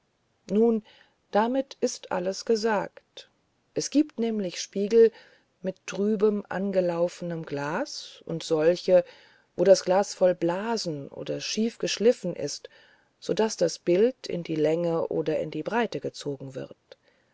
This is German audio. nun damit ist alles gesagt es gibt nämlich spiegel mit trübem angelaufenem glas und solche wo das glas voll blasen oder schief geschliffen ist so daß das bild in die länge oder in die breite gezogen wird